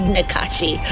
Nakashi